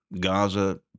Gaza